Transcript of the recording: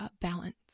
balance